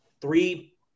three